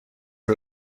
are